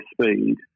speed